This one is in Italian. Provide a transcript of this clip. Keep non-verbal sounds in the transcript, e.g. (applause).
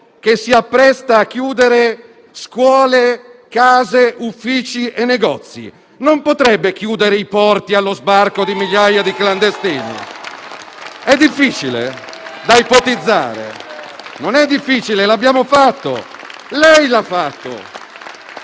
che si appresta a chiudere scuole, case, uffici e negozi non potrebbe chiudere i porti allo sbarco di migliaia di clandestini? È difficile da ipotizzare? (applause) Non è difficile. L'abbiamo fatto. Lei l'ha fatto,